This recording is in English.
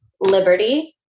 liberty